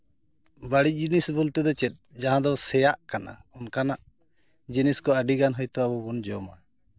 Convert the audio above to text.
ᱵᱟᱹᱲᱤᱡ ᱡᱤᱱᱤᱥ ᱵᱚᱞᱛᱮ ᱫᱚ ᱪᱮᱫ ᱡᱟᱦᱟᱸ ᱫᱚ ᱥᱮᱭᱟᱜ ᱠᱟᱱᱟ ᱚᱱᱠᱟᱱᱟᱜ ᱡᱤᱱᱤᱥ ᱠᱚ ᱟᱹᱰᱤ ᱜᱟᱱ ᱦᱳᱭᱛᱳ ᱟᱵᱚ ᱵᱚᱱ ᱡᱚᱢᱟ